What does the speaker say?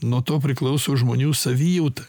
nuo to priklauso žmonių savijauta